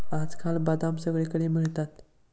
आजकाल बदाम सगळीकडे मिळतात